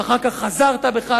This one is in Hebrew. ואחר כך חזרת בך,